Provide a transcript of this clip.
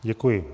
Děkuji.